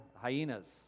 Hyenas